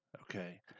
okay